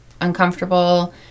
uncomfortable